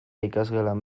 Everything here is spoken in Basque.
ikasgelan